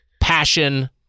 passion